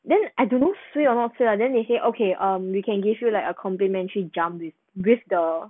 then I don't know suay or not suay lah then they say okay um they can give you like a complimentary jump with with the